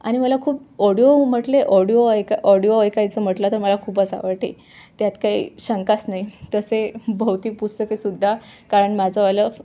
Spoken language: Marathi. आणि मला खूप ऑडिओ म्हटले ऑडिओ ऐका ऑडिओ ऐकायचं म्हटलं तर मला खूपच आवडते त्यात काही शंकाच नाही तसे भौतिक पुस्तकेसुद्धा कारण माझंवालं